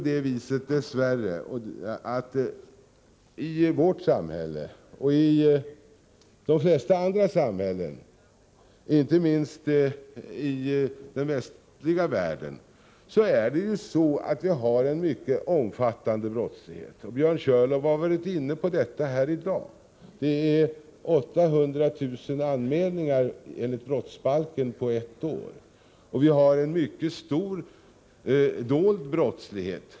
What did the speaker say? Dess värre har vi i vårt samhälle och i de flesta andra samhällen, inte minst i den västliga världen, en mycket omfattande brottslighet; Björn Körlof har varit inne på detta här i dag. Det görs 800 000 anmälningar enligt brottsbalken på ett år, och vi har därtill en mycket stor dold brottslighet.